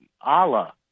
Allah